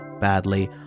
badly